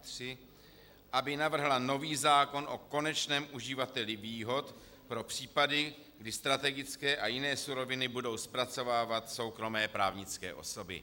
3. aby navrhla nový zákon o konečném uživateli výhod pro případy, kdy strategické a jiné suroviny budou zpracovávat soukromé právnické osoby.